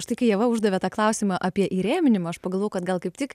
štai kai ieva uždavė tą klausimą apie įrėminimą aš pagalvojau kad gal kaip tik